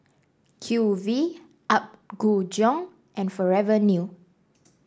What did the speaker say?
Q V Apgujeong and Forever New